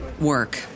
work